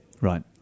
Right